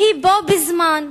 בו בזמן,